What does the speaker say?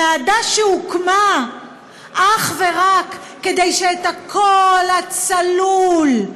ועדה שהוקמה אך ורק כדי שאת הקול הצלול,